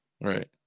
Right